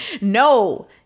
No